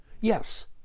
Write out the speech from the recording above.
Yes